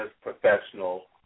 professional